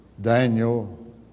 Daniel